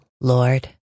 Lord